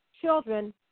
children